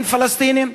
אין פלסטינים,